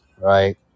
right